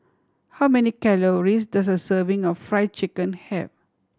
how many calories does a serving of Fried Chicken have